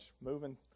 moving